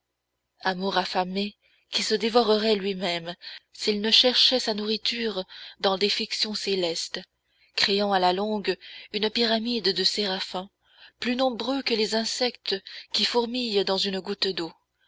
amour affamé qui se dévorerait lui-même s'il ne cherchait sa nourriture dans des fictions célestes créant à la longue une pyramide de séraphins plus nombreux que les insectes qui fourmillent dans une goutte d'eau